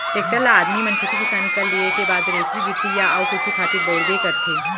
tractor ल आदमी मन खेती किसानी कर लिये के बाद रेती गिट्टी या अउ कुछु खातिर बउरबे करथे